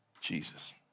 Jesus